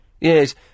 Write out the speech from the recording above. Yes